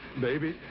baby,